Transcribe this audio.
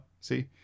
See